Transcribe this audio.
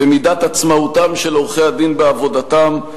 במידת עצמאותם של עורכי-הדין בעבודתם,